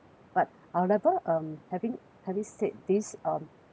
but however um having having said this um